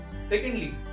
Secondly